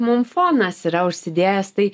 mums fonas yra užsidėjęs tai